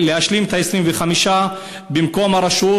להשלים להם את ה-25% במקום הרשות,